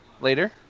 later